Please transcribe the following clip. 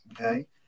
okay